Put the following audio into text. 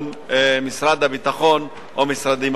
לכיוון משרד הביטחון או משרדים אחרים.